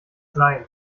sein